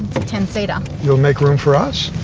ten seater. you'll make room for us?